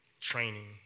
training